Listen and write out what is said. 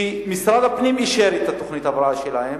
שמשרד הפנים אישר את תוכנית ההבראה שלהם,